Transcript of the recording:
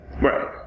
Right